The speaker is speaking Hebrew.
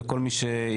לכל מי שהגיע.